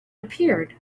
appeared